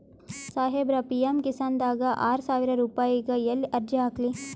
ಸಾಹೇಬರ, ಪಿ.ಎಮ್ ಕಿಸಾನ್ ದಾಗ ಆರಸಾವಿರ ರುಪಾಯಿಗ ಎಲ್ಲಿ ಅರ್ಜಿ ಹಾಕ್ಲಿ?